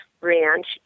Ranch